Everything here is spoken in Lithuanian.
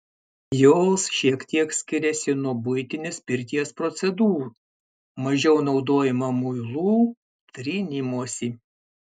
jos šiek tiek skiriasi nuo buitinės pirties procedūrų mažiau naudojama muilų trynimosi